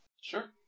Sure